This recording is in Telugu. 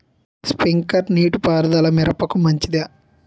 స్ప్రింక్లర్ నీటిపారుదల మిరపకు మంచిదా?